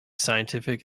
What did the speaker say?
scientific